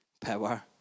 power